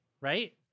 right